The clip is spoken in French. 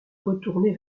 retourner